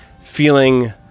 feeling